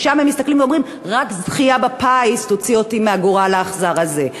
שמסתכלים ואומרים: רק זכייה בפיס תוציא אותי מהגורל האכזר הזה.